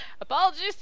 Apologies